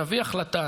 נביא החלטה,